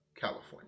California